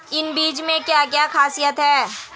इन बीज में क्या क्या ख़ासियत है?